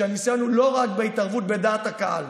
שהניסיון הוא לא רק בהתערבות בדעת הקהל,